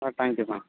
ah thank you ma'am